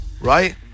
right